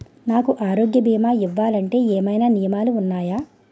నాకు ఆరోగ్య భీమా ఇవ్వాలంటే ఏమైనా నియమాలు వున్నాయా?